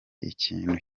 ikintu